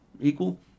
equal